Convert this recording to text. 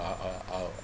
uh uh oh